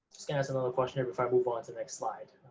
kind of another question here before i move on to the next slide.